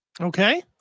Okay